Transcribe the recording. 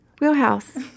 wheelhouse